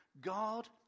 God